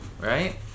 right